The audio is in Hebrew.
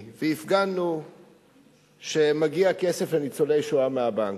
והפגנו שמגיע כסף לניצולי השואה מהבנק.